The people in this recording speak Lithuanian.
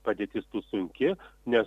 padėtis sunki nes